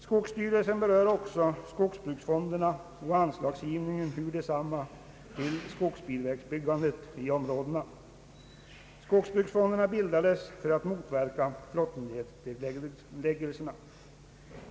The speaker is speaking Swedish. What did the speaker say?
Skogsstyrelsen berör också skogsbruksfonderna och = anslagsgivningen ur desamma till skogsbilvägbyggandet i områdena. Skogsbruksfonderna bildades för att motverka flottledsnedläggelserna.